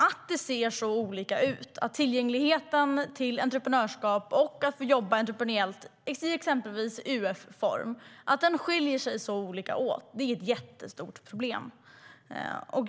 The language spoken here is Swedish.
Att det ser så olika ut - att tillgängligheten till entreprenörskap och att få jobba entreprenöriellt i exempelvis UF-form skiljer sig så mycket åt - är ett jättestort problem.